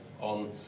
on